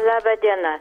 laba diena